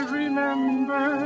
remember